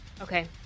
Okay